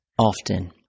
Often